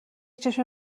چشم